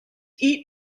eat